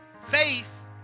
Faith